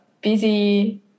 busy